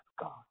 God